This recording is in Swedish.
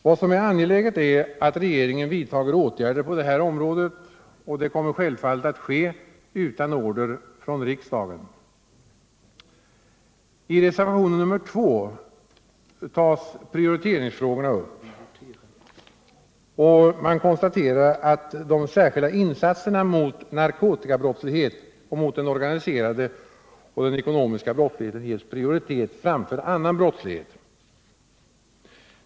Vad som är angeläget är att regeringen vidtar åtgärder på det här området, och det kommer självfallet att ske utan order från riksdagen. I reservationen 2 tas prioriteringsfrågorna upp. Man konstaterar att de särskilda insatserna mot narkotikabrottsligheten, den organiserade brottsligheten och den ekonomiska brottsligheten ges prioritet framför insatser mot annan brottslighet.